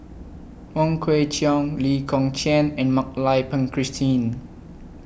Wong Kwei Cheong Lee Kong Chian and Mak Lai Peng Christine